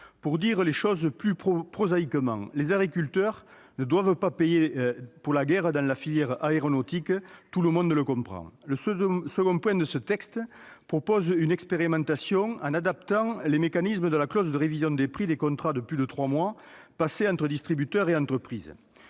Pour dire les choses plus prosaïquement, les agriculteurs ne doivent pas payer pour la guerre menée dans la filière aéronautique. Ce texte prévoit ensuite de conduire une expérimentation en adaptant les mécanismes de la clause de révision des prix des contrats de plus de trois mois passés entre distributeurs et entreprises